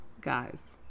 guys